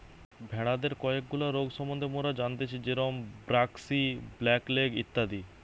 ভেড়াদের কয়েকগুলা রোগ সম্বন্ধে মোরা জানতেচ্ছি যেরম ব্র্যাক্সি, ব্ল্যাক লেগ ইত্যাদি